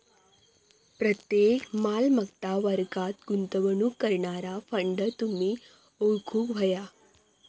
प्रत्येक मालमत्ता वर्गात गुंतवणूक करणारा फंड तुम्ही ओळखूक व्हया